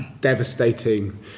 devastating